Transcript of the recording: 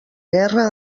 guerra